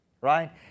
Right